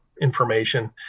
information